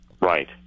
Right